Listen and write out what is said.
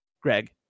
Greg